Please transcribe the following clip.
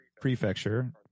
Prefecture